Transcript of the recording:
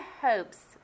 hopes